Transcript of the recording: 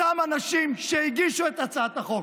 אותם אנשים שהגישו את הצעת החוק,